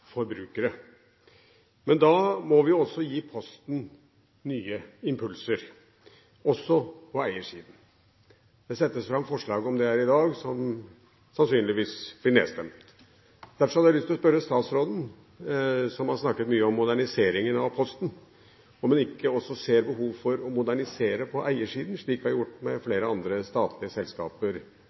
Men da må vi også gi Posten nye impulser, også på eiersiden. Det settes fram forslag om det her i dag, som sannsynligvis blir nedstemt. Derfor har jeg lyst til å spørre statsråden, som har snakket mye om modernisering av Posten, om hun ikke også ser behov for å modernisere på eiersiden, slik vi har gjort med flere andre statlige selskaper